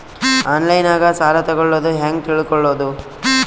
ಆನ್ಲೈನಾಗ ಸಾಲ ತಗೊಳ್ಳೋದು ಹ್ಯಾಂಗ್ ತಿಳಕೊಳ್ಳುವುದು?